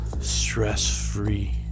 stress-free